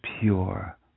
pure